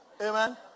Amen